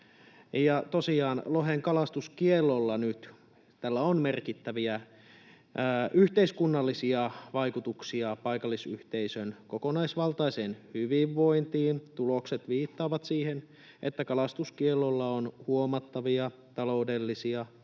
lohen kalastuskiellolla nyt on merkittäviä yhteiskunnallisia vaikutuksia paikallisyhteisön kokonaisvaltaiseen hyvinvointiin. Tulokset viittaavat siihen, että kalastuskiellolla on huomattavia taloudellisia,